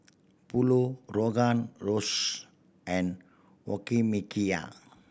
Pulao Rogan Josh and Okonomiyaki